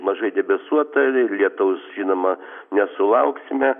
mažai debesuota lietaus žinoma nesulauksime